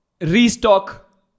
restock